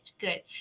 Good